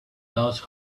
those